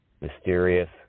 mysterious